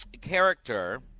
character